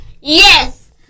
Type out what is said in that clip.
yes